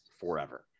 forever